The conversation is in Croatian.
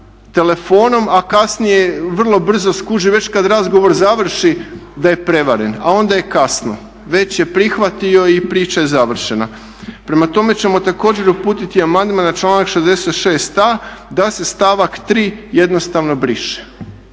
telefonom a kasnije vrlo brzo skuži već kad razgovor završi da je prevaren a onda je kasno, već je prihvatio i priča je završena. Prema tome ćemo također uputiti amandman na članak 66.a da se stavak 3.jednostavno briše